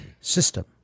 System